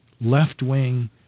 left-wing